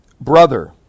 brother